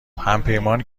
همپیمان